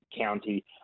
County